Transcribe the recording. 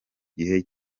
gihe